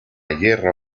hierro